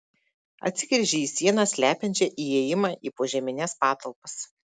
atsigręžė į sieną slepiančią įėjimą į požemines patalpas